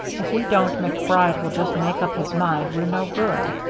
if we don't, macbride will just make up his mind we're no good.